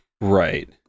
Right